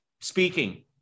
speaking